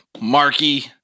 Marky